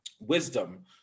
wisdom